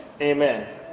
Amen